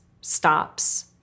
stops